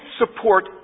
support